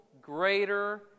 greater